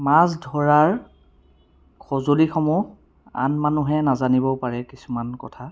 মাছ ধৰাৰ সঁজুলিসমূহ আন মানুহে জানানিবও পাৰে কিছুমান কথা